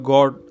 God